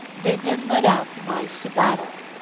they then led out the mice to battle,